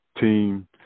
team